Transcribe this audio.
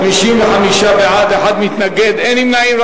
55 בעד, נגד, 1, אין נמנעים.